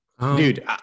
Dude